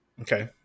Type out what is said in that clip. Okay